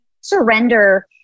surrender